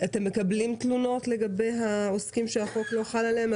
אתם מקבלים תלונות לגבי העוסקים שהחוק לא חל עליהם,